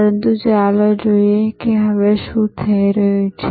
પરંતુ ચાલો જોઈએ કે હવે શું થઈ રહ્યું છે